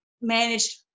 managed